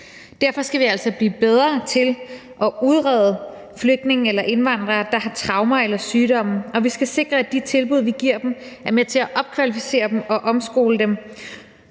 Derfor skal vi altså blive bedre til at udrede flygtninge eller indvandrere, der har traumer eller sygdom, og vi skal sikre, at de tilbud, vi giver dem, er med til at opkvalificere og omskole dem,